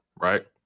right